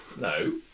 no